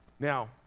Now